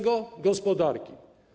Gospodarka.